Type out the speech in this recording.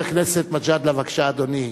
חבר הכנסת מג'אדלה, בבקשה, אדוני.